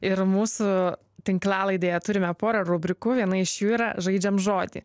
ir mūsų tinklalaidėje turime porą rubrikų viena iš jų yra žaidžiam žodį